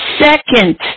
second